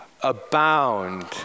Abound